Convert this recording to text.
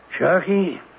Sharky